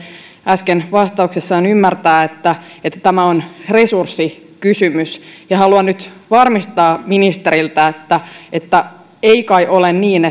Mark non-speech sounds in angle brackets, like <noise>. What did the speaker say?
äsken vastauksessaan ymmärtää että että tämä on resurssikysymys ja haluan nyt varmistaa ministeriltä että että ei kai ole niin <unintelligible>